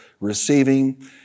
receiving